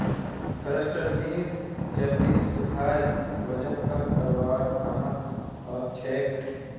cluster beans चर्बीक सुखाए वजन कम करवार कामत ओसछेक